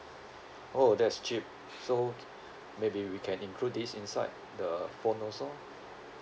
oh that is cheap so maybe we can include this inside the phone also